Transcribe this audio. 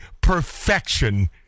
perfection